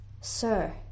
Sir